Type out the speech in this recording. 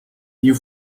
you